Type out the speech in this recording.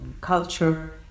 culture